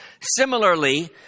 Similarly